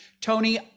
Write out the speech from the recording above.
Tony